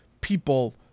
people